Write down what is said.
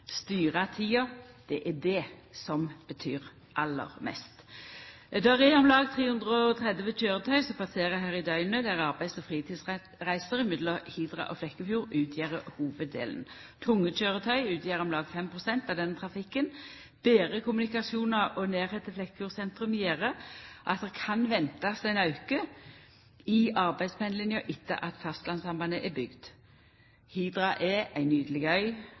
er det som betyr aller mest. Det er om lag 330 køyretøy som passerer her i døgnet, der arbeids- og fritidsreiser mellom Hidra og Flekkefjord utgjer hovuddelen. Tunge køyretøy utgjer om lag 5 pst. av den trafikken. Betre kommunikasjon og nærleiken til Flekkefjord sentrum gjer at det kan ventast ein auke i arbeidspendlinga etter at fastlandssambandet er bygd. Hidra er ei nydeleg